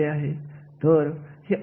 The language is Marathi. आणि यावरून त्या कार्याकडे बघितले जाते